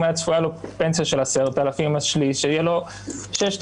אם צפויה פנסיה של 10,000 אז שליש יהיה לו 6,000,